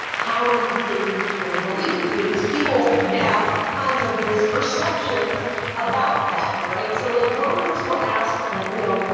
how do you think and feel and believe? because people yeah have kinds of misperceptions about that. right. so like voters will ask that, you know,